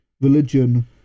religion